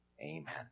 Amen